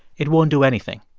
it won't do anything.